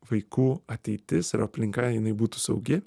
vaikų ateitis ir aplinka jinai būtų saugi